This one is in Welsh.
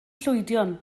llwydion